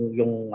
yung